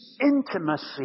intimacy